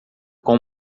com